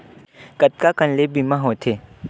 कतका कन ले बीमा होथे?